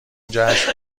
جشن